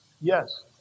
Yes